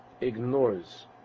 ignores